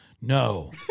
No